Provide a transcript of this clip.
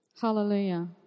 Hallelujah